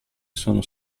sono